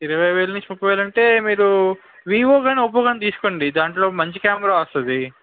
ఇరవై వేల నుంచి ముప్ఫై వేలు అంటే మీరు వివో కానీ ఒప్పో కానీ తీసుకోండి దాంట్లో మంచి కెమెరా వస్తుంది